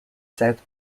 south